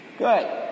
Good